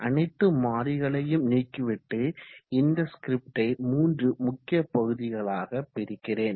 அனைத்து மாறிகளையும் நீக்கிவிட்டு இந்த ஸ்கிரிப்டை 3 முக்கிய பகுதிகளாக பிரிக்கிறேன்